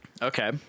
Okay